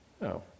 No